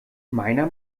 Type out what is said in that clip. meiner